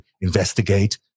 investigate